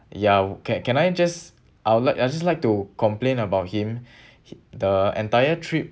ya can can I just I would like I just like to complain about him the entire trip